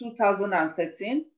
2013